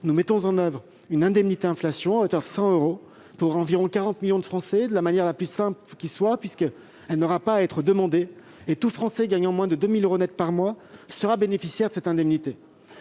nous déployons une indemnité inflation de 100 euros pour environ 40 millions de Français, de la manière la plus simple qui soit, puisqu'elle n'aura pas à être demandée et que tout Français gagnant moins de 2 000 euros net par mois en bénéficiera. Ces mesures